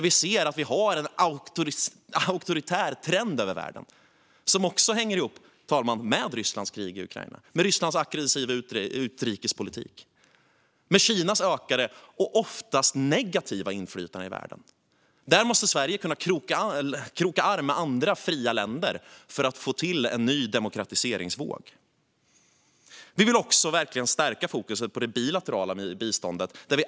Vi ser en auktoritär trend i världen som också hänger ihop med Rysslands krig i Ukraina, med Rysslands aggressiva utrikespolitik och med Kinas ökade och oftast negativa inflytande i världen. Där måste Sverige kunna kroka arm med andra fria länder för att få till stånd en ny demokratiseringsvåg. Vi vill också stärka fokuset på det bilaterala biståndet.